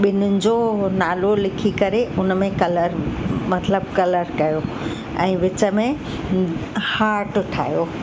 ॿिन्हिनि जो नालो लिखी करे हुन में कलर मतिलबु कलर कयो ऐं विच में हार्ट ठाहियो